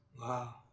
wow